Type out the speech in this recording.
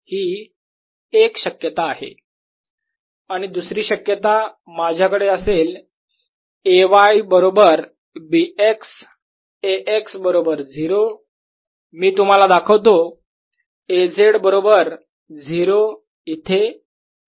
Ay∂x Ax∂yB AyBx2 Ax By2 AB2 yxxy Bs2 दुसरी शक्यता माझ्याकडे असेल Ay बरोबर Bx Ax बरोबर 0 मी तुम्हाला दाखवतो A z बरोबर 0 इथे आणि A z बरोबर 0